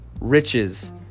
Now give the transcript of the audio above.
riches